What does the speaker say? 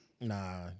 Nah